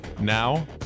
Now